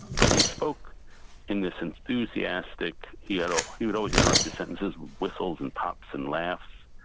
but he spoke in this enthusiastic, he you know he would always interrupt his sentences with whistles, and pops, and laughs.